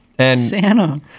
Santa